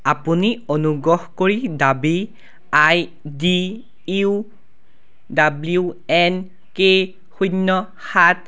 আপুনি অনুগ্ৰহ কৰি দাবী I D U W N K শূন্য সাত